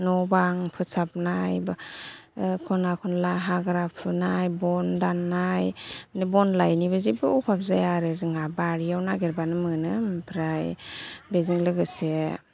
न'बां फोसाबनाय बा ख'ना ख'नला हाग्रा फुनाय बन दान्नाय बन लाइनोबो जेबो अभाब जाया आरो जोहा बारियाव नागिरबानो मोनो ओमफ्राइ बेजों लोगोसे